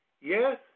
Yes